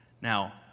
Now